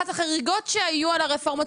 אחת החריגות שהיו על הרפורמות.